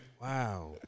Wow